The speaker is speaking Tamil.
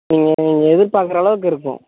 நீங்கள் நீங்கள் எதிர் பார்க்குற அளவுக்கு இருக்கும்